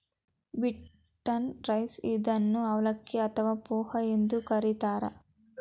beaten rice ಇದನ್ನು ಅವಲಕ್ಕಿ ಅಥವಾ ಪೋಹ ಎಂದು ಕರಿತಾರೆ